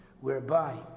whereby